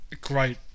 great